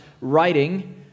writing